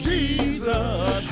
Jesus